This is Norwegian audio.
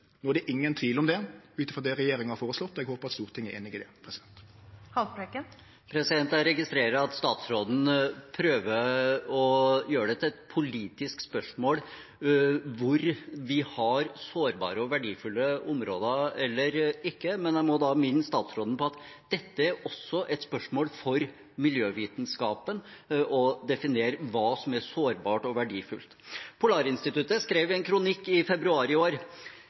er det ingen tvil om det ut frå det regjeringa har føreslått. Eg håpar at Stortinget er einig i det. Jeg registrerer at statsråden prøver å gjøre hvor vi har sårbare og verdifulle områder eller ikke, til et politisk spørsmål. Jeg må da minne statsråden om at det også er et spørsmål for miljøvitenskapen å definere hva som er sårbart og verdifullt. Polarinstituttet skrev i en kronikk i februar i år: